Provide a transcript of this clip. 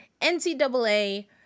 NCAA